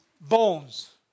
bones